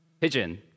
Pigeon